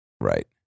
right